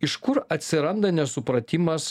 iš kur atsiranda nesupratimas